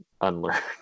unlearn